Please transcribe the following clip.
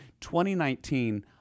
2019